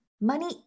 Money